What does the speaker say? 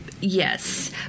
Yes